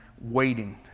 waiting